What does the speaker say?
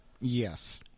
Yes